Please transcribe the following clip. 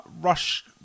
Rush